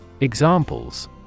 Examples